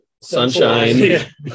sunshine